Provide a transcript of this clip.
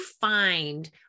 find